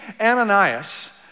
Ananias